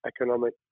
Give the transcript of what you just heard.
economic